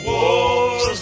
Wars